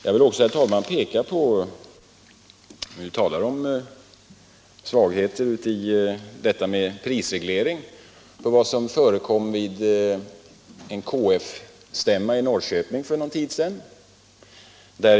Jag vill också, herr talman, medan vi talar om svagheterna i en prisreglering peka på vad som förekom vid en KF-stämma i Norrköping för någon tid sedan.